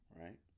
Right